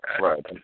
Right